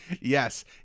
Yes